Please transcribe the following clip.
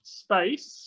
space